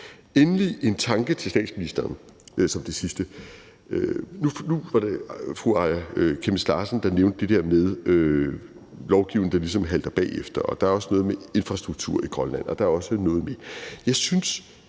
med en tanke til statsministeren. Nu var det fru Aaja Chemnitz Larsen, der nævnte det der med lovgivning, der ligesom halter bagefter, og der er også noget med infrastruktur i Grønland. Og jeg synes lidt ofte,